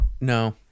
No